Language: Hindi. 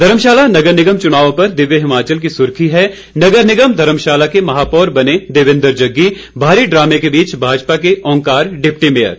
धर्मशाला नगर निगम चुनावों पर दिव्य हिमाचल की सुर्खी है नगर निगम धर्मशाला के महापौर बने देवेन्द्र जग्गी भारी ड्रामे के बीच भाजपा के ओंकार डिप्टी मेयर